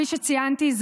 כפי שציינתי,